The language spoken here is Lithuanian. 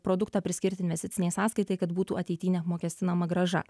produktą priskirt investicinei sąskaitai kad būtų ateity neapmokestinama grąža